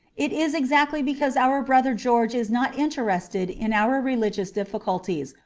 it is exactly because our brother george is not interested in our religious difficulties,